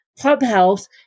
Clubhouse